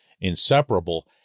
inseparable